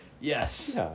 Yes